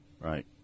Right